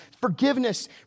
forgiveness